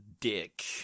dick